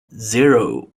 zero